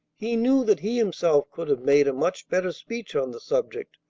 he knew that he himself could have made a much better speech on the subject,